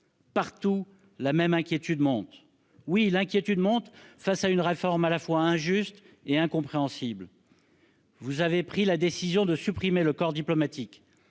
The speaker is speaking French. Partout, la même inquiétude monte face à une réforme à la fois injuste et incompréhensible. Vous avez pris la décision de supprimer le corps diplomatique.